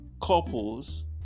couples